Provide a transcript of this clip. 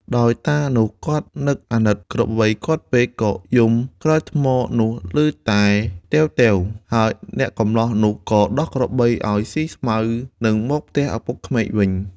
ដោយតានោះគាត់នឹកអាណិតក្របីគាត់ពេក ក៏យំក្រោយថ្មនោះឮតែតេវៗ ហើយអ្នកកម្លោះនោះក៏ដោះក្របីឱ្យស៊ីស្មៅនិងមកផ្ទះឪពុកក្មេកវិញ។